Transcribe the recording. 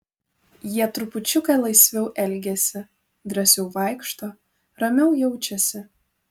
jie trupučiuką laisviau elgiasi drąsiau vaikšto ramiau jaučiasi